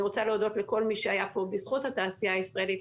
אני רוצה להודות לכל שהיה כאן בזכות התעשייה הישראלית,